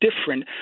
different